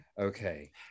Okay